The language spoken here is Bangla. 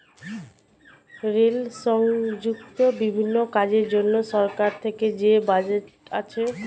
রেল সংযুক্ত বিভিন্ন কাজের জন্য সরকার থেকে যে বাজেট আসে